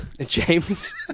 James